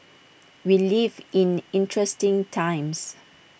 we live in interesting times